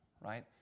right